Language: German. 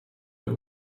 der